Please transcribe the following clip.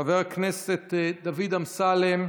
חבר הכנסת דוד אמסלם,